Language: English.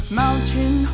mountain